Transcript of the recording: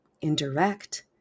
indirect